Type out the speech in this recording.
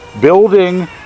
building